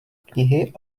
knihy